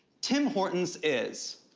tim hortons is.